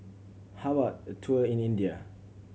how about a tour in India